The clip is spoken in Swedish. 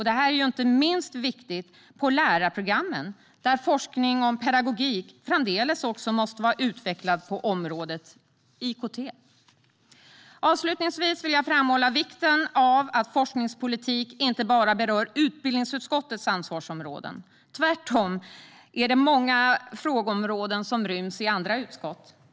Det är inte minst viktigt på lärarprogrammen, där forskning om pedagogik framdeles måste vara utvecklad på området IKT. Avslutningsvis vill jag framhålla vikten av att forskningspolitik berör inte bara utbildningsutskottets ansvarsområden. Tvärtom är det många frågeområden som ryms i andra utskott.